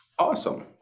Awesome